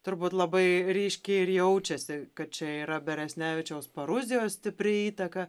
turbūt labai ryškiai ir jaučiasi kad čia yra beresnevičiaus paruzijos stipri įtaka